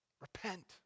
Repent